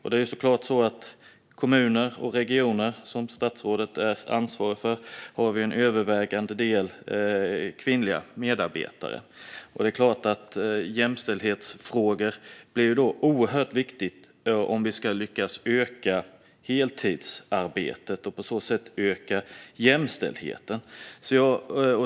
Det är ju så att kommuner och regioner, som statsrådet är ansvarig för, har en övervägande del kvinnliga medarbetare. Det är klart att jämställdhetsfrågor därmed blir oerhört viktiga om vi ska lyckas öka heltidsarbetet och på så sätt öka jämställdheten.